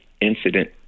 incident